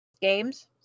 games